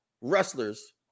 wrestlers